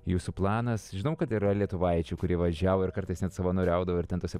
jūsų planas žinom kad yra lietuvaičių kurie važiavo ir kartais net savanoriaudavo ir ten tuose